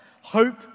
Hope